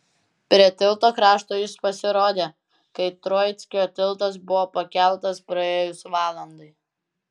prie tilto krašto jis pasirodė kai troickio tiltas buvo pakeltas praėjus valandai